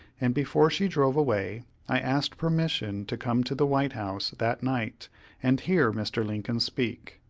and before she drove away i asked permission to come to the white house that night and hear mr. lincoln speak.